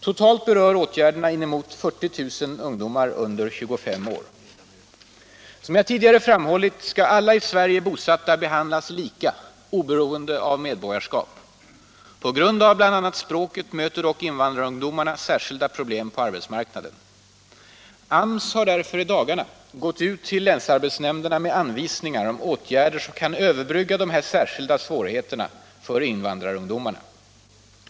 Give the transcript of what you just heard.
Totalt berör åtgärderna inemot 40 000 ungdomar under 25 år. Som jag tidigare framhållit skall alla i Sverige bosatta behandlas lika oberoende av medborgarskap. På grund av bl.a. språket möter dock invandrarungdomarna särskilda problem på arbetsmarknaden. AMS har därför i dagarna gått ut till länsarbetsnämnderna med anvisningar om åtgärder som kan överbrygga dessa särskilda svårigheter för invandrarungdomarna.